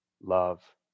Love